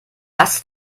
das